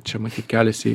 čia matyt keliasi